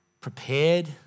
prepared